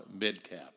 mid-cap